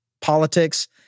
politics